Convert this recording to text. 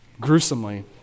gruesomely